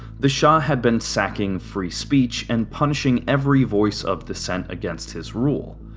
the shah had been sacking free speech and punishing every voice of dissent against his rule.